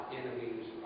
enemies